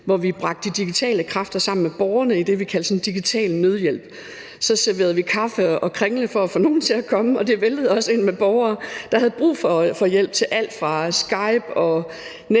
hvor vi bragte de digitale kræfter sammen med borgerne i det, vi kaldte digital nødhjælp. Så serverede vi kaffe og kringle for at få nogle til at komme, og det væltede også ind med borgere, der havde brug for hjælp til alt fra Skype, netbank,